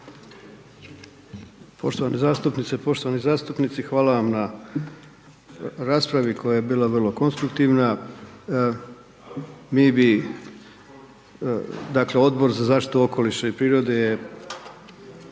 Poštovane zastupnice, poštovani zastupnici, hvala vam na raspravi koja je bila vrlo konstruktivna, mi bi, dakle, Odbor za zaštitu okoliša i prirode je